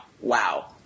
wow